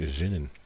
zinnen